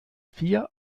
vier